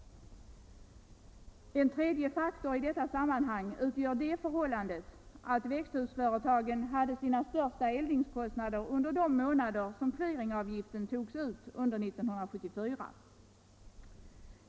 En tredje faktor i detta sammanhang utgör det förhållandet att växthusföretagen hade sina största eldningskostnader under de månader då clearingavgiften togs ut under 1974.